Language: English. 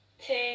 two